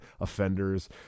offenders